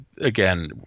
again